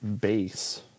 base